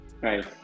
Right